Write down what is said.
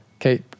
Okay